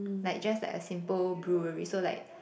like just like a simple brewery so like